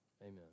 Amen